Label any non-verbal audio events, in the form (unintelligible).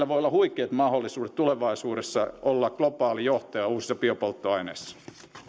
(unintelligible) voi olla huikeat mahdollisuudet tulevaisuudessa olla globaali johtaja uusissa biopolttoaineissa